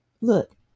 look